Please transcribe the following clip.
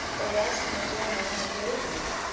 the last my dear mamma gave me,